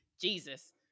Jesus